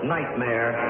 Nightmare